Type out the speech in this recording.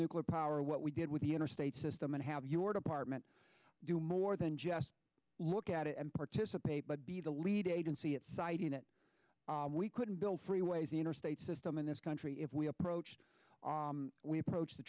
nuclear power what we do with the interstate system and have your department do more than just look at it and participate but be the lead agency it citing that we could build freeways the interstate system in this country if we approached we approach the